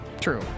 true